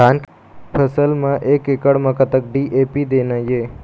धान के फसल म एक एकड़ म कतक डी.ए.पी देना ये?